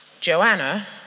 Joanna